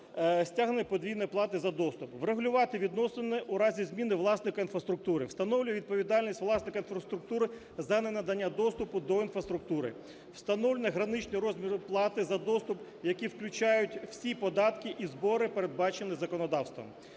стягнення подвійної плати за доступ. Врегулювати відносини у разі зміни власника інфраструктури, встановлює відповідальність власника інфраструктури за ненадання доступу до інфраструктури. Встановлені граничні розміри плати за доступ, які включають всі податки і збори, передбачені законодавством.